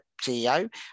CEO